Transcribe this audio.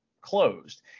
closed